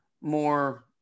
more